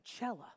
Coachella